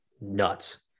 nuts